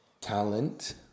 talent